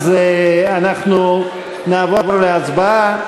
אנחנו נעבור להצבעה.